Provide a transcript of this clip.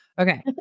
Okay